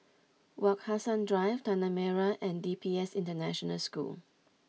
Wak Hassan Drive Tanah Merah and D P S International School